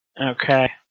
Okay